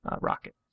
rocket